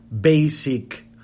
basic